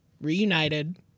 reunited